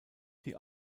die